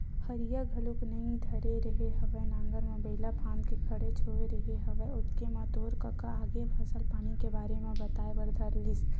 हरिया घलोक नइ धरे रेहे हँव नांगर म बइला फांद के खड़ेच होय रेहे हँव ओतके म तोर कका आगे फसल पानी के बारे म बताए बर धर लिस